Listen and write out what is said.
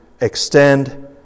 extend